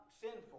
sinful